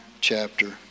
chapter